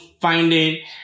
finding